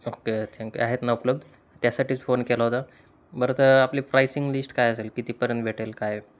okay thank you आहेत ना उपलब्ध त्यासाठीच फोन केला होता बरं तर आपली प्रायसिंग लिस्ट काय असेल कितीपर्यंत भेटेल काय